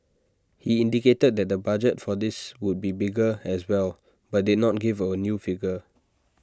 he indicated that the budget for this would be bigger as well but did not give A new figure